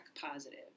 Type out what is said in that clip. positive